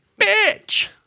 Bitch